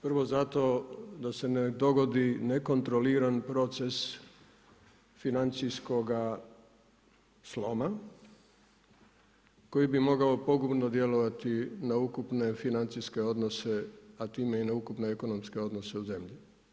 Prvo zato da se ne dogodi nekontroliran proces financijskoga sloma koji bi mogao pogubno djelovati na ukupne financijske odnose a time i na ukupne financijske odnose u zemlji.